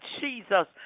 Jesus